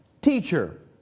Teacher